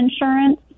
insurance